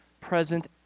present